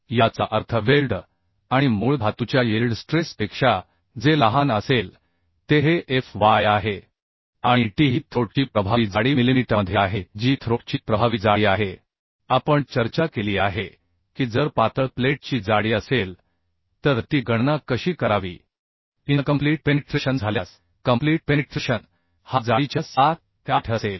याचा अर्थ वेल्ड आणि मूळ धातूच्या यील्ड स्ट्रेसपेक्षा जे लहान असेल ते हे fy आहे आणि t ही थ्रोट ची प्रभावी जाडी मिलिमीटरमध्ये आहे जी थ्रोट ची प्रभावी जाडी आहे आपण चर्चा केली आहे की जर पातळ प्लेटची जाडी असेल तर ती गणना कशी करावी इनकम्प्लीट पेनिट्रेशन झाल्यास कम्प्लीट पेनिट्रेशन हा जाडीच्या 78 असेल